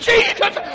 Jesus